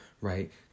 right